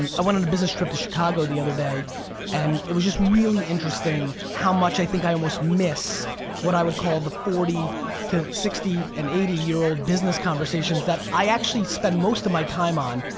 and i went on on a business trip to chicago the other day and it was just really interesting how much i think i almost miss what i would call the forty to sixty and eighty year old business conversations that i actually spend most of my time on.